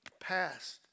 Past